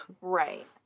Right